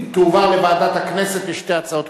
לדיון מוקדם בוועדה שתקבע ועדת הכנסת נתקבלה.